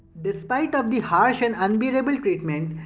despite of the harsh and unbearable treatment,